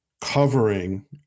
covering